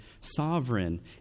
sovereign